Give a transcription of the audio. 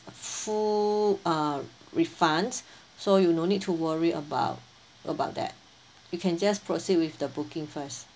full uh refunds so you no need to worry about about that you can just proceed with the booking first